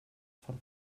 von